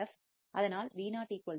அதனால் Vo IfRf